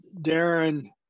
Darren